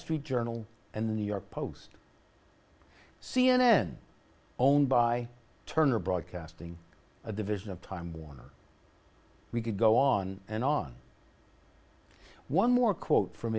street journal and the new york post c n n owned by turner broadcasting a division of time warner we could go on and on one more quote from